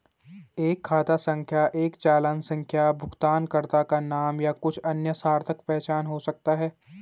एक खाता संख्या एक चालान संख्या भुगतानकर्ता का नाम या कुछ अन्य सार्थक पहचान हो सकता है